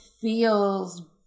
feels